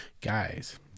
Guys